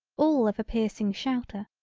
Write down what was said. all of a piercing shouter,